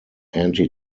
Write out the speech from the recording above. anti